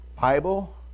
Bible